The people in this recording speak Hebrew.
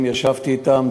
ישבתי אתם,